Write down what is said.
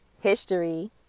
history